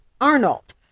arnold